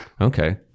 Okay